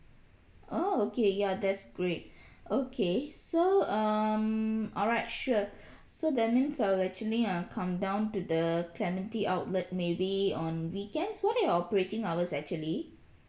oh okay ya that's great okay so um alright sure so that means I will actually uh come down to the clementi outlet maybe on weekends what are your operating hours actually